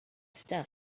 stuff